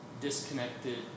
disconnected